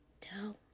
Tell